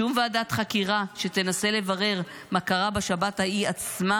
שום ועדת חקירה שתנסה לברר מה קרה בשבת ההיא עצמה,